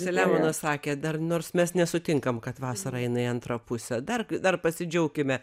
saliamonas sakė dar nors mes nesutinkam kad vasarą eina į antrą pusę dar dar pasidžiaukime